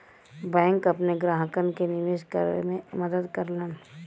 bank अपने ग्राहकन के निवेश करे में मदद करलन